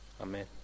Amen